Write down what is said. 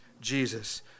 Jesus